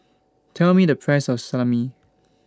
Tell Me The Price of Salami